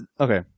okay